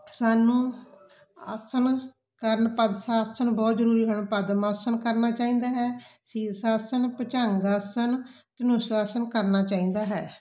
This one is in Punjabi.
ਸਾਨੂੰ ਆਸਣ ਕਰਨ ਪਦਸ ਸਾਸਨ ਬਹੁਤ ਜ਼ਰੂਰੀ ਹੈ ਪਦਮ ਆਸਣ ਕਰਨਾ ਚਾਹੀਦਾ ਹੈ ਸੀਸ ਆਸਣ ਭੁਚੰਗ ਆਸਣ ਧਨੁੱਸ਼ ਆਸਣ ਕਰਨਾ ਚਾਹੀਦਾ ਹੈ